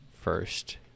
first